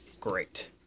Great